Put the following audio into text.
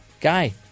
guy